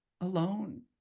alone